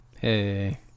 Hey